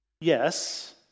Yes